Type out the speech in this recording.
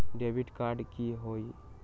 Debit card की होई?